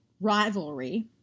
rivalry